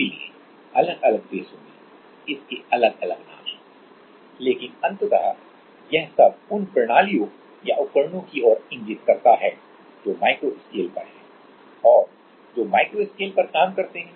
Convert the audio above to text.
इसलिए अलग अलग देशों में इसके अलग अलग नाम हैं लेकिन अंततः यह सब उन प्रणालियों या उपकरणों की ओर इंगित करता करता है जो माइक्रो स्केल पर हैं और जो माइक्रो स्केल पर काम करते हैं